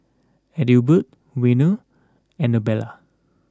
Adelbert Werner Anabella